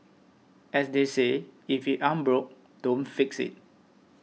as they say if it ain't broke don't fix it